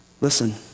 Listen